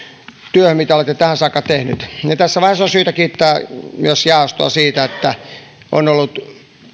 työhön mitä olette tähän saakka tehnyt tässä vaiheessa on syytä kiittää myös jaostoa siitä että on ollut